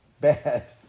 Bad